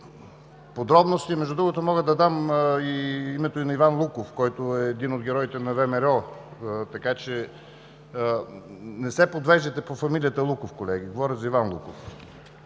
подробности. Между другото, мога да дам и името на Иван Луков, който е един от героите на ВМРО, така че… Не се подвеждайте по фамилията Луков, колеги, говоря за Иван Луков.